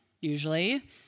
usually